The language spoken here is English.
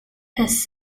has